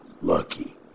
lucky